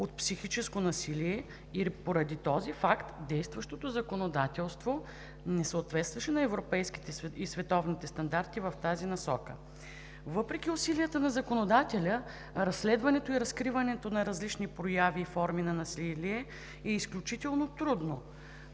от психическо насилие. Поради този факт действащото законодателство не съответстваше на европейските и световните стандарти в тази насока. Въпреки усилията на законодателя, разследването и разкриването на различни прояви и форми на насилие е изключително трудно.